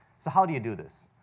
so how do you do this?